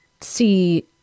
see